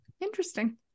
Interesting